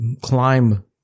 climb